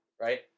right